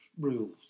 rules